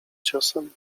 ciosem